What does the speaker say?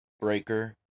Breaker